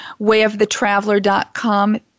WayOfTheTraveler.com